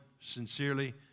sincerely